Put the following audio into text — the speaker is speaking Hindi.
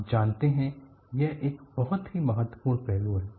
आप जानते हैं यह एक बहुत ही महत्वपूर्ण पहलू है